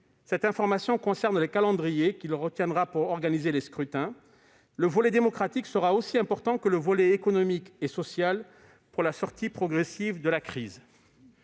sanitaire, sur les calendriers qu'il retiendra pour organiser les scrutins. Le volet démocratique sera aussi important que le volet économique et social pour la sortie progressive de la crise.